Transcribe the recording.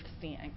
seeing